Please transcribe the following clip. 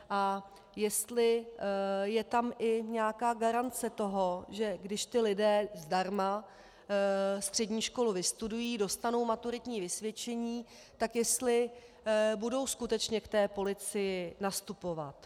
A jestli je tam i nějaká garance toho, že když ti lidé zdarma střední školu vystudují, dostanou maturitní vysvědčení, tak jestli budou skutečně k policii nastupovat.